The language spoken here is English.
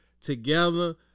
together